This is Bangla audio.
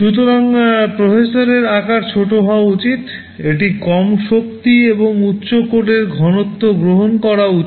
সুতরাং প্রসেসরের আকার ছোট হওয়া উচিত এটি কম শক্তি এবং উচ্চ কোডের ঘনত্ব গ্রহণ করা উচিত